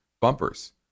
bumpers